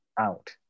out